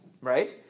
right